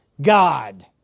God